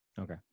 Okay